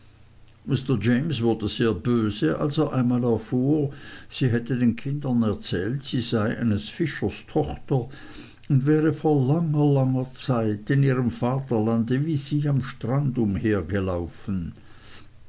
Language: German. james wurde sehr böse als er einmal erfuhr sie hätte den kindern erzählt sie sei eines fischers tochter und wäre vor langer langer zeit in ihrem vaterlande wie sie am strande